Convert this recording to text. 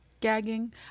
gagging